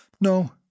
No